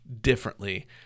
differently